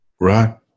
Right